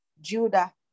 Judah